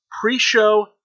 pre-show